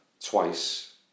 twice